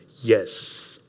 yes